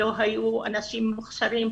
לא היו אנשים מוכשרים,